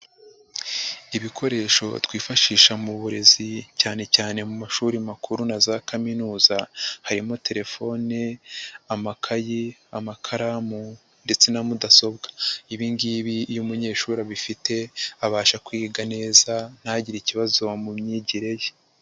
Ibikoresho twifashisha mu burezi cyane cyane mu mashuri makuru na za kaminuza, harimo; telefone, amakayi, amakaramu ndetse na mudasobwa. Ibi ngibi iyo umunyeshuri abifite abasha kwiga neza, ntagire ikibazo mu myigire ye.